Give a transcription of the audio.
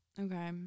Okay